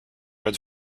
read